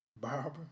Barbara